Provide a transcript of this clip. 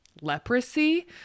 leprosy